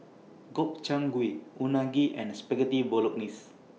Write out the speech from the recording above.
Gobchang Gui Unagi and Spaghetti Bolognese